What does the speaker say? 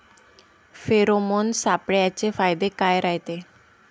Pheromone सापळ्याचे फायदे काय रायते?